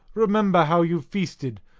remember how you've feasted,